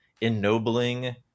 ennobling